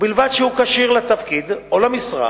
ובלבד שהוא כשיר לתפקיד או למשרה